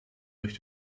durch